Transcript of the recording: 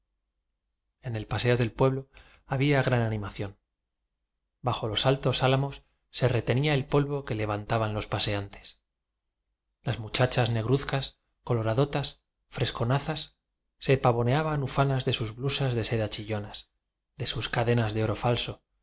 en el paseo del pueblo había gran animación bajo los altos álamos se rete nía el polvo que levantaban los paseantes las muchachas negruzcas coloradotas fresconazas se pavoneaban ufanas de sus blusas de sedas chillonas de sus cadenas de oro falso